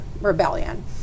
rebellion